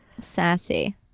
sassy